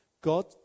God